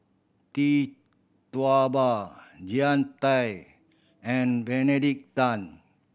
Tee Tua Ba Jean Tay and Benedict Tan